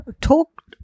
talked